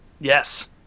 Yes